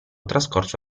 trascorso